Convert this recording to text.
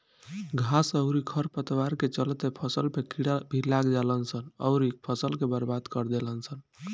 घास अउरी खर पतवार के चलते फसल में कीड़ा भी लाग जालसन अउरी फसल के बर्बाद कर देलसन